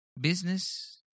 business